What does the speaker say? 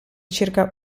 circa